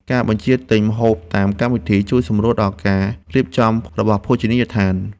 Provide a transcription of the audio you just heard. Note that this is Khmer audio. ការបញ្ជាទិញម្ហូបតាមកម្មវិធី ជួយសម្រួលដល់ការរៀបចំរបស់ភោជនីយដ្ឋាន។